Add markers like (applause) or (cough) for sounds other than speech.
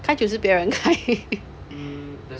开酒是别人开 (laughs)